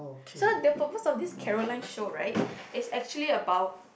so the purpose of this Caroline show right is actually about